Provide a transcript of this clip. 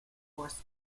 course